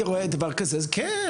אני חושב שאם הייתי רואה דבר כזה אז כן,